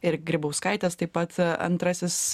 ir grybauskaitės taip pat antrasis